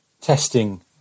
testing